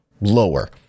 lower